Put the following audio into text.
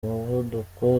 umuvuduko